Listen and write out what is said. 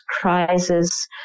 crisis